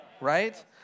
Right